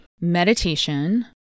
meditation